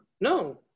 No